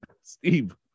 Steve